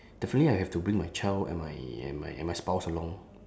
definitely I have to bring my child and my and my and my spouse along